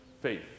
faith